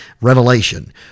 Revelation